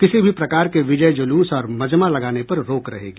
किसी भी प्रकार के विजय जुलूस और मजमा लगाने पर रोक रहेगी